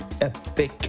Epic